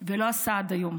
ולא עשה עד היום.